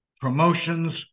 promotions